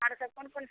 आरो सभ कोन कोन